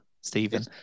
Stephen